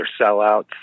sellouts